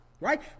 Right